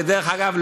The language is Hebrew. ודרך אגב,